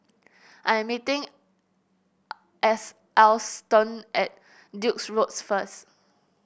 I am meeting As Alston at Duke's Road first